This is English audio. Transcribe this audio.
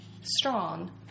strong